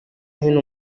hino